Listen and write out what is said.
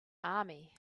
army